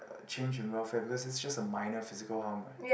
change in welfare because is just a minor physical harm what